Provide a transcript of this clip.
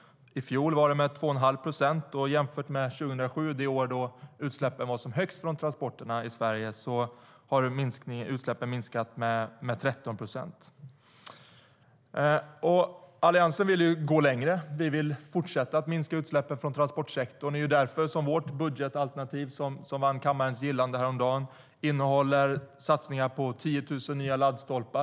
I fjol var det med 2 1⁄2 procent, och jämfört med 2007, det år då utsläppen var som högst från transporterna i Sverige, har utsläppen minskat med 13 procent. Alliansen vill gå längre. Det är därför vårt budgetalternativ, som vann kammarens gillande häromdagen, innehåller satsningar på 10 000 nya laddstolpar.